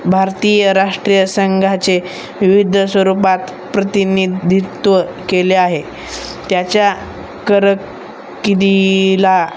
भारतीय राष्ट्रीय संघाचे विविध स्वरूपात प्रतिनिधित्त्व केले आहे त्याच्या करकिर्दीला